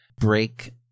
break